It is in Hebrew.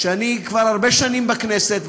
שאני כבר הרבה שנים בכנסת,